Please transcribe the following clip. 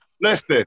Listen